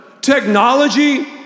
technology